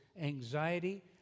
anxiety